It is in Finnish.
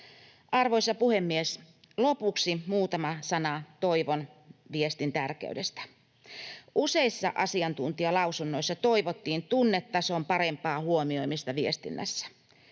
Arvoisa puhemies! Lopuksi muutama sana toivon viestin tärkeydestä. Useissa asiantuntijalausunnoissa toivottiin tunnetason parempaa huomioimista viestinnässä.